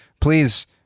Please